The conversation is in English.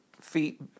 feet